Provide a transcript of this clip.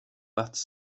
pats